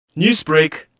Newsbreak